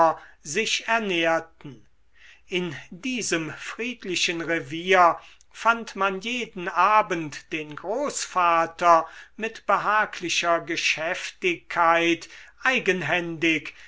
sich ernährten in diesem friedlichen revier fand man jeden abend den großvater mit behaglicher geschäftigkeit eigenhändig